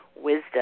wisdom